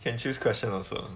can choose question also